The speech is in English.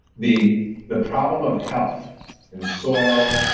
the the problem of health in soil,